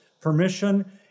permission